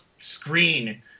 screen